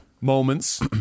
moments